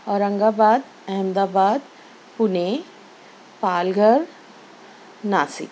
اورنگ آباد Ahmedabad Pune Palghar Nashik